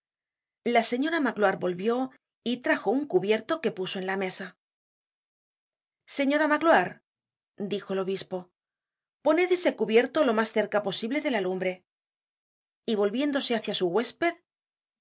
la señora magloire volvió y trajo un cubierto que puso en la mesa señora magloire dijo el obispo poned ese cubierto lo mas cerca posible de la lumbre y volviéndose hácia su huésped